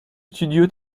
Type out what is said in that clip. studio